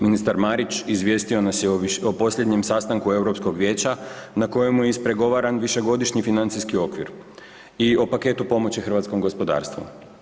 Ministar Marić izvijestio nas je o posljednjem sastanku Europskog vijeća na kojemu je ispregovaran višegodišnji financijski okvir i o paketu pomoći hrvatskom gospodarstvu.